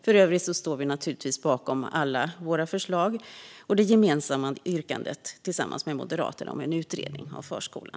För övrigt står vi naturligtvis bakom alla våra förslag och det gemensamma yrkandet tillsammans med Moderaterna om en utredning av förskolan.